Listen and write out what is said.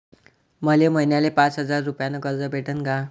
मले महिन्याले पाच हजार रुपयानं कर्ज भेटन का?